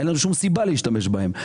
אין לנו שום סיבה להשתמש בהם.